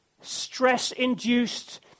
stress-induced